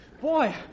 Boy